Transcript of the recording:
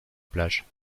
plage